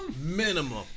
Minimum